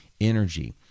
energy